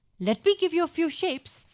let me give you a few shapes,